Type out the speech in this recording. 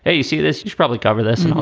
ah you see this? you probably cover this.